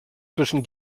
zwischen